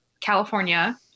California